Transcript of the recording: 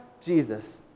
Jesus